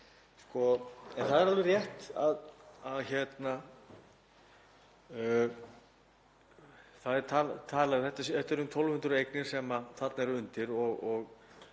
En það er alveg rétt, það eru um 1.200 eignir sem þarna eru undir